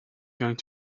going